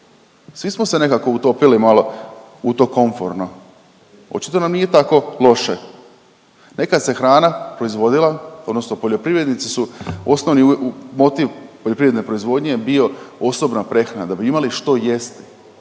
Svi smo se nekako utopili malo u to komforno, očito nam nije tako loše. Nekad se hrana proizvodila odnosno poljoprivrednici su, osnovni motiv poljoprivredne proizvodnje je bio osobna prehrana, da bi imali što jesti.